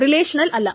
relational അല്ല